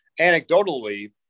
anecdotally